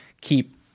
keep